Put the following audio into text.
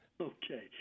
Okay